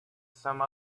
some